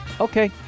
Okay